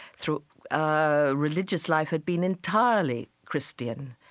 through ah religious life, had been entirely christian,